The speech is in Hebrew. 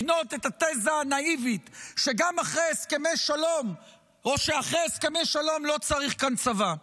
לקנות את התזה הנאיבית שאחרי הסכמי שלום לא צריך כאן צבא.